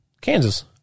Kansas